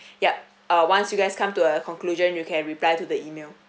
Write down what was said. yup uh once you guys come to a conclusion you can reply to the email